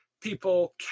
people